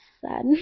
sad